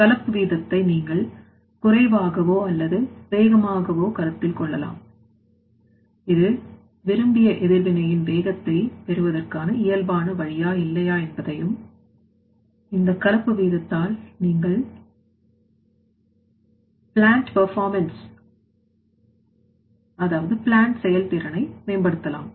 கலப்பு வீதத்தை நீங்கள் குறைவாகவோ அல்லது வேகமாகவும் கருத்தில் கொள்ளலாம் இது விரும்பியஎதிர்வினையின் வேகத்தை பெறுவதற்கான இயல்பான வழியா இல்லையா என்பதையும் இந்த கலப்பு வீதத்தால் நீங்கள் லேண்ட் பர்ஃபாமென்ஸ்செயல்திறனை மேம்படுத்தலாம்